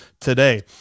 today